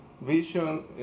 vision